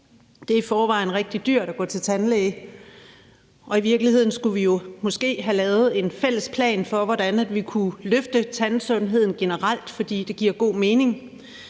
Det er i forvejen rigtig dyrt at gå til tandlæge, og i virkeligheden skulle vi jo måske have lavet en fælles plan for, hvordan vi kan løfte tandsundheden generelt, fordi det giver god mening.